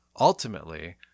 Ultimately